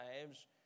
lives